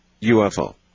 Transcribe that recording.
UFO